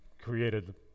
created